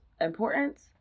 importance